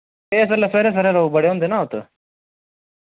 ए फिर सवेरै सवेरै लोक बड़े होंदे ना उत्त